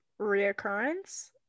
reoccurrence